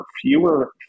fewer